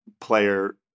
player